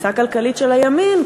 התפיסה הכלכלית של הימין,